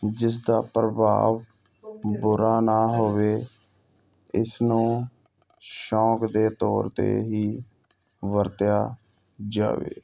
ਜਿਸ ਦਾ ਪ੍ਰਭਾਵ ਬੁਰਾ ਨਾ ਹੋਵੇ ਇਸ ਨੂੰ ਸ਼ੌਕ ਦੇ ਤੌਰ 'ਤੇ ਹੀ ਵਰਤਿਆ ਜਾਵੇ